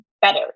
better